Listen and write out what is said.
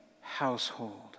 household